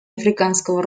африканского